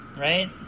right